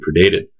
predated